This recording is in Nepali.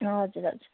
हजुर हजुर